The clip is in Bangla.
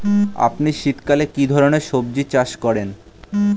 আপনি শীতকালে কী ধরনের সবজী চাষ করেন?